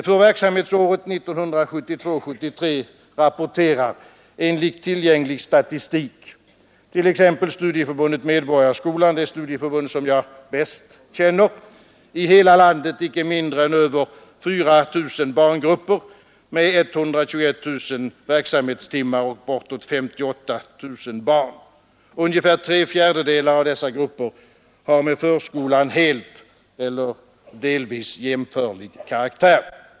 För verksamhetsåret 1972/73 rapporterar i tillgänglig statistik t.ex. Studieförbundet Medborgarskolan, det studieförbund som jag bäst känner, i hela landet inte mindre än över 4 000 barngrupper med 121 000 verksamhetstimmar och bortåt 58 000 barn. Ungefär tre fjärdedelar av dessa grupper har med förskolan helt eller delvis jämförlig karaktär.